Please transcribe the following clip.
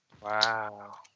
Wow